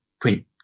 print